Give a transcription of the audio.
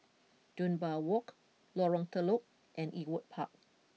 Dunbar Walk Lorong Telok and Ewart Park